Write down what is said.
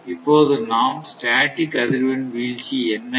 இப்போது நாம் ஸ்டேட்டிக் அதிர்வெண் வீழ்ச்சி என்ன